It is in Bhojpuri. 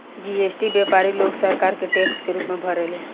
जी.एस.टी व्यापारी लोग सरकार के टैक्स के रूप में भरेले